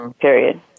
Period